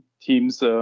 Teams